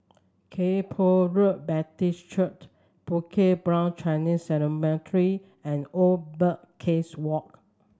Kay Poh Road Baptist Church Bukit Brown Chinese Cemetery and Old Birdcage Walk